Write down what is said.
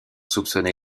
soupçonné